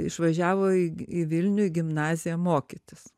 išvažiavo į į vilnių į gimnaziją mokytis